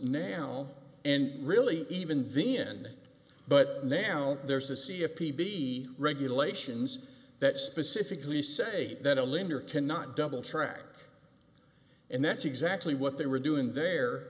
now and really even v n but now there's a c a p b regulations that specifically say that a linear cannot double tracked and that's exactly what they were doing there